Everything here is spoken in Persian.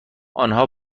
آنها